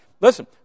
Listen